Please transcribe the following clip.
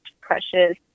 precious